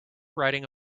writing